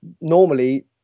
normally